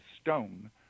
stone